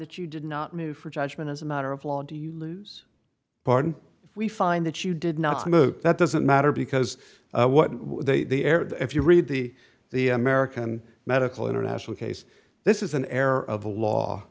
that you did not move for judgment as a matter of law do you lose pardon if we find that you did not smoke that doesn't matter because what if you read the the american medical international case this is an error of the law